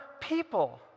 people